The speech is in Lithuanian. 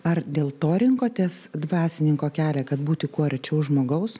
ar dėl to rinkotės dvasininko kelią kad būti kuo arčiau žmogaus